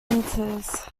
winters